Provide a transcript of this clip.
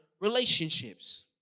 Relationships